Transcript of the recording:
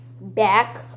back